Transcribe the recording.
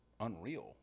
unreal